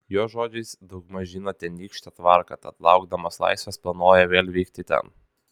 jo žodžiais daugmaž žino tenykštę tvarką tad laukdamas laisvės planuoja vėl vykti ten